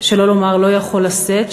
שלא לומר לא יכול לשאת,